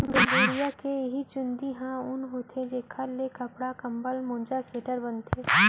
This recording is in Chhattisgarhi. भेड़िया के इहीं चूंदी ह ऊन होथे जेखर ले कपड़ा, कंबल, मोजा, स्वेटर बनथे